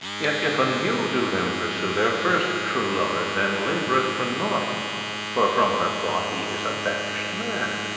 yet, if a new do them pursue, their first true lover then laboureth for nought for from her thought he is a banished man.